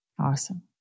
Awesome